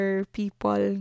people